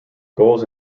goals